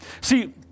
See